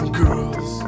girls